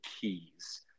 keys